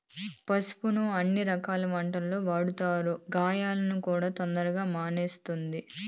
పసుపును అన్ని రకాల వంటలల్లో వాడతారు, గాయాలను కూడా తొందరగా మాన్పిస్తది